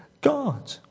God